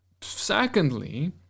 Secondly